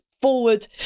Forward